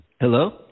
Hello